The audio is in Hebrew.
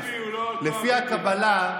לפי הקבלה,